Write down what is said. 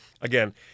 again